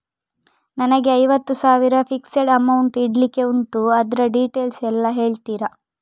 ನನಗೆ ಐವತ್ತು ಸಾವಿರ ಫಿಕ್ಸೆಡ್ ಅಮೌಂಟ್ ಇಡ್ಲಿಕ್ಕೆ ಉಂಟು ಅದ್ರ ಡೀಟೇಲ್ಸ್ ಎಲ್ಲಾ ಹೇಳ್ತೀರಾ?